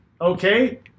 Okay